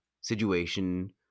situation